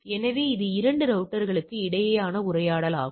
எனவே இது இரண்டு ரௌட்டர்க்களுக்கு இடையேயான உரையாடல் ஆகும்